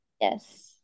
yes